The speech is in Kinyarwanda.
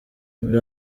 muri